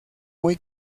muy